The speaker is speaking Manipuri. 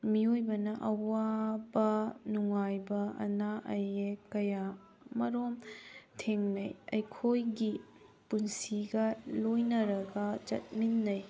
ꯃꯤꯑꯣꯏꯕꯅ ꯑꯋꯥꯕ ꯅꯨꯡꯉꯥꯏꯕ ꯑꯅꯥ ꯑꯌꯦꯛ ꯀꯌꯥ ꯑꯃꯔꯣꯝ ꯊꯦꯡꯅꯩ ꯑꯩꯈꯣꯏꯒꯤ ꯄꯨꯟꯁꯤꯒ ꯂꯣꯏꯅꯔꯒ ꯆꯠꯃꯤꯟꯅꯩ